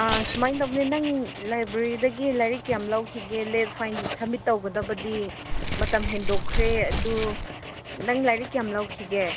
ꯁꯨꯃꯥꯏ ꯇꯧꯕꯅꯦ ꯅꯪ ꯂꯥꯏꯕ꯭ꯔꯦꯔꯤꯗꯒꯤ ꯂꯥꯏꯔꯤꯛ ꯀꯌꯥꯝ ꯂꯧꯈꯤꯒꯦ ꯂꯦꯠ ꯐꯥꯏꯟ ꯁꯞꯃꯤꯠ ꯇꯧꯒꯗꯕꯗꯤ ꯃꯇꯝ ꯍꯦꯟꯗꯣꯛꯈ꯭ꯔꯦ ꯑꯗꯨ ꯅꯪ ꯂꯥꯏꯔꯤꯛ ꯀꯌꯥꯝ ꯂꯧꯈꯤꯒꯦ